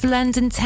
London